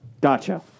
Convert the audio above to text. Gotcha